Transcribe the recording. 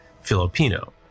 Filipino